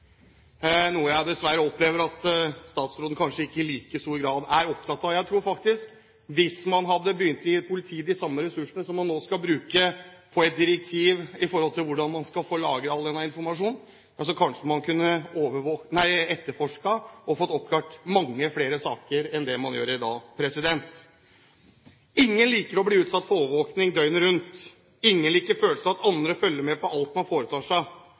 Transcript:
noe jeg dessverre opplever at statsråden kanskje ikke i like stor grad er opptatt av. Jeg tror at hvis man hadde gitt politiet de samme ressursene som man nå skal bruke på et direktiv som handler om å lagre all denne informasjonen, kunne man kanskje ha etterforsket og fått oppklart mange flere saker enn det man gjør i dag. Ingen liker å bli utsatt for overvåkning døgnet rundt. Ingen liker følelsen av at andre følger med på alt man foretar seg.